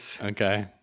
Okay